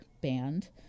band